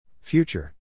Future